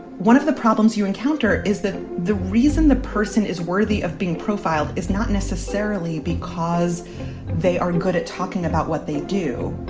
one of the problems you encounter is that the reason the person is worthy of being profiled is not necessarily because they aren't good at talking about what they do